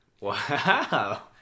Wow